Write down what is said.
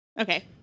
Okay